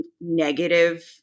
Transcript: negative